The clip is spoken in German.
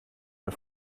auf